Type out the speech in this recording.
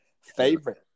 Favorite